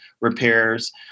repairs